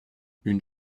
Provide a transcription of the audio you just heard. une